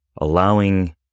allowing